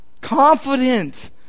confident